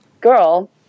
girl